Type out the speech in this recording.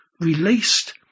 released